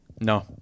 No